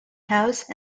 house